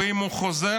ואם הוא חוזר,